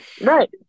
right